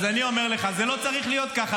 אז אני אומר לך: זה לא צריך להיות ככה.